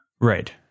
Right